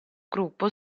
gruppo